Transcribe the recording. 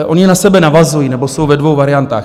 Ony na sebe navazují nebo jsou ve dvou variantách.